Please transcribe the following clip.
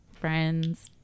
friends